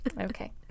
okay